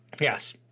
yes